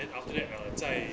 then after that err 在